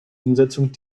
umsetzung